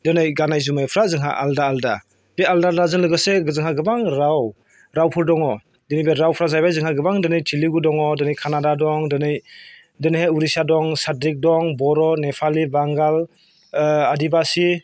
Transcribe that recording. दिनै गाननाय जोमनायफ्रा जोंहा आलदा आलदा बे आलदा आलदाजों लोगोसे जोंहा गोबां राव रावफोर दङ दिनै बे रावफ्रा जाहैबाय जोंहा गोबां दोनै तेलेगु दङ दिनै कान्नाडा दं दिनै दिनैहाय ओडिशा दं साद्रिक दं बर' नेपालि बांगाल आदिबासि